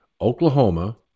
Oklahoma